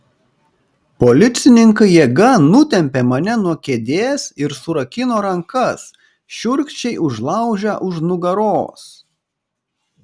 policininkai jėga nutempė mane nuo kėdės ir surakino rankas šiurkščiai užlaužę už nugaros